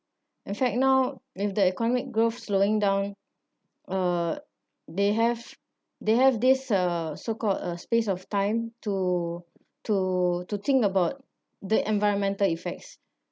in fact now with the economic growth slowing down uh they have they have this uh so called uh space of time to to to think about the environmental effects